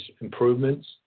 improvements